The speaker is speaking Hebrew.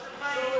ההצעה שלך טובה.